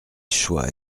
choix